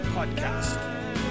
Podcast